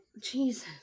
Jesus